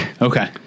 Okay